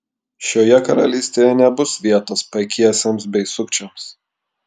šioje karalystėje nebus vietos paikiesiems bei sukčiams